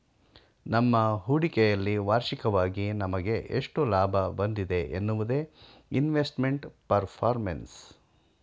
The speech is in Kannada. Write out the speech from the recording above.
ನಮ್ಮ ಹೂಡಿಕೆಯಲ್ಲಿ ವಾರ್ಷಿಕವಾಗಿ ನಮಗೆ ಎಷ್ಟು ಲಾಭ ಬಂದಿದೆ ಎನ್ನುವುದೇ ಇನ್ವೆಸ್ಟ್ಮೆಂಟ್ ಪರ್ಫಾರ್ಮೆನ್ಸ್